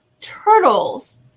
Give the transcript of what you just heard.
turtles